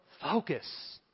focus